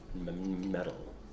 metal